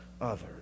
others